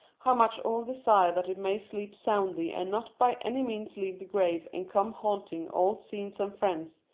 how much all desire that it may sleep soundly and not by any means leave the grave and come haunting old scenes and friends,